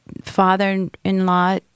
Father-in-law